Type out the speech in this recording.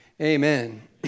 Amen